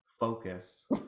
focus